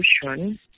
solution